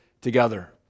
together